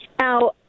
Now